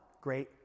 Great